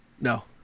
no